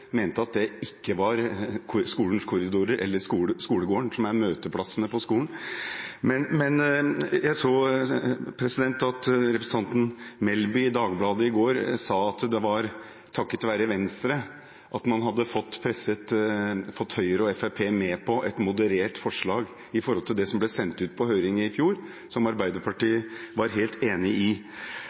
mente at det ikke var skolens korridorer eller skolegården, som er møteplassene på skolen. Jeg så at representanten Guri Melby i Dagbladet i går sa at det var takket være Venstre man hadde fått Høyre og Fremskrittspartiet med på et moderert forslag i forhold til det som ble sendt ut på høring i fjor, som Arbeiderpartiet var helt enig i.